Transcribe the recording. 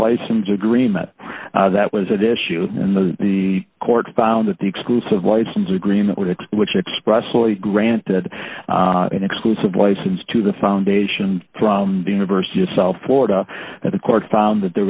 license agreement that was that issue and the court found that the exclusive license agreement with it which expressly granted an exclusive license to the foundation from the university of south florida and the court found that there